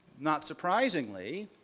not surprisingly,